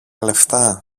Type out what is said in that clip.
λεφτά